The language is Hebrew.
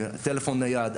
טלפון נייד,